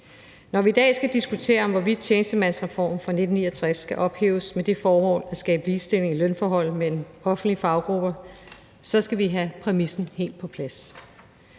Når vi i dag skal diskutere, hvorvidt tjenestemandsreformen fra 1969 skal ophæves med det formål at skabe ligestilling i lønforholdene mellem offentlige faggrupper, skal vi have præmissen helt på plads.